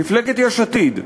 מפלגת יש עתיד,